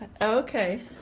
Okay